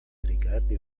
rigardi